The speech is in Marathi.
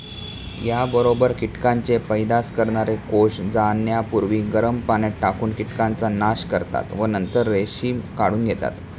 याबरोबर कीटकांचे पैदास करणारे कोष जाण्यापूर्वी गरम पाण्यात टाकून कीटकांचा नाश करतात व नंतर रेशीम काढून घेतात